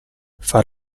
far